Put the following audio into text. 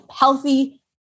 healthy